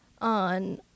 on